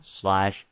slash